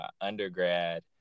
undergrad